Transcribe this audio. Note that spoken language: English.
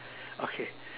okay